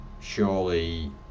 surely